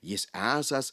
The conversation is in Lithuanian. jis esąs